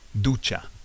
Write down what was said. Ducha